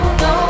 no